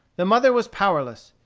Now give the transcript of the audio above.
the mother was powerless.